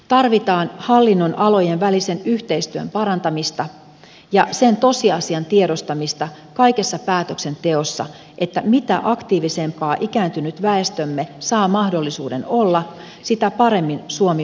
tarvitaan hallinnonalojen välisen yhteistyön parantamista ja sen tosiasian tiedostamista kaikessa päätöksenteossa että mitä aktiivisempaa ikääntynyt väestömme saa mahdollisuuden olla sitä paremmin suomi voi laajemminkin